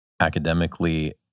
academically